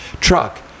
truck